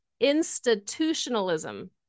institutionalism